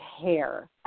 hair